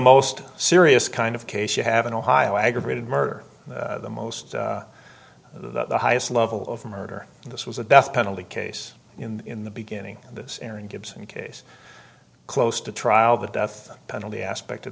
most serious kind of case you have in ohio aggravated murder the most the highest level of murder and this was a death penalty case in the beginning of this aaron gibson case close to trial the death penalty aspect of